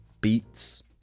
beats